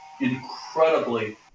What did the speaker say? incredibly